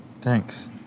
Thanks